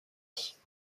است